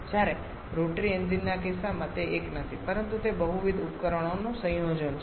જ્યારે rotary engine ના કિસ્સામાં તે એક નથી પરંતુ તે બહુવિધ ઉપકરણોનું સંયોજન છે